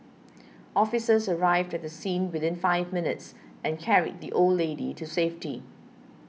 officers arrived at the scene within five minutes and carried the old lady to safety